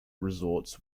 resorts